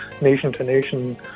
nation-to-nation